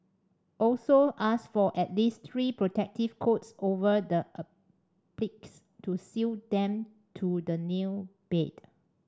also ask for at least three protective coats over the appliques to seal them to the nail bed